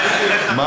מה?